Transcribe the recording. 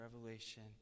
revelation